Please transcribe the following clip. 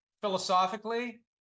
philosophically